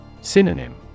Synonym